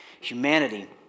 Humanity